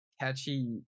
catchy